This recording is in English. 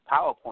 PowerPoint